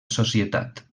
societat